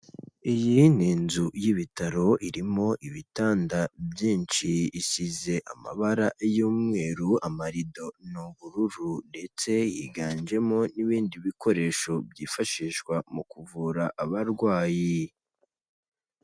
Iyi ni inzu y'ibitaro irimo ibitanda byinshi isize amabara y'umweru amarido n'ubururu, ndetse yiganjemo n'ibindi bikoresho byifashishwa mu kuvura abarwayi.